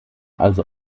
also